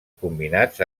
combinats